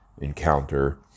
encounter